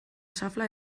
xafla